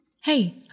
Hey